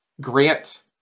grant